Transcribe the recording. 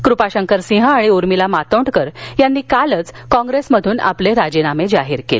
कृपाशंकर सिंह आणि उर्मिला मातोंडकर यांनी कालच काँग्रेसमधून आपले राजिनामे जाहीर केले